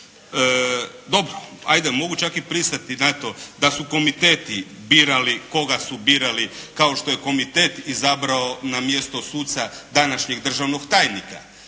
Dobro, ajde mogu čak i pristati na to da su komiteti birali koga su birali kao što je komitet izabrao na mjesto suca današnjeg državnog tajnika